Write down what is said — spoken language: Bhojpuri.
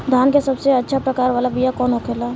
धान के सबसे अच्छा प्रकार वाला बीया कौन होखेला?